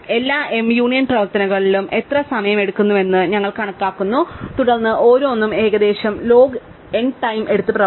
എല്ലാ m union പ്രവർത്തനങ്ങളിലും ഞങ്ങൾ എത്ര സമയം എടുക്കുന്നുവെന്ന് ഞങ്ങൾ കണക്കാക്കുന്നു തുടർന്ന് ഓരോന്നും ഏകദേശം ലോഗ് n ടൈം എടുത്തു പ്രവർത്തിക്കുന്നു